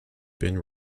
been